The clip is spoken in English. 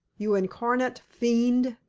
you incarnate fiend?